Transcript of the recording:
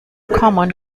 common